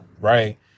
right